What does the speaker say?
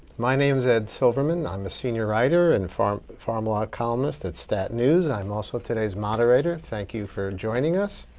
my name's ed silverman. i'm a senior writer and pharmalot pharmalot columnist at stat news. i'm also today's moderator. thank you for joining us.